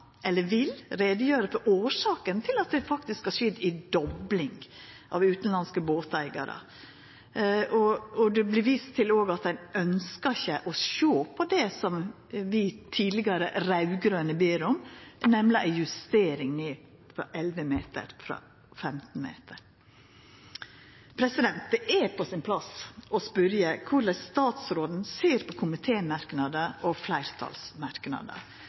eller vil gjera greie for årsaka til at det faktisk har skjedd ei dobling av talet på utanlandske båteigarar. Det vert òg vist til at ein ikkje ønskjer å sjå på det som vi tidlegare raud-grøne ber om, nemleg ei justering ned til 11 meter frå 15 meter. Det er på sin plass å spørja korleis statsråden ser på komitémerknader og fleirtalsmerknader.